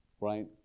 right